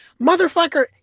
motherfucker